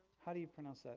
how do you pronounce ah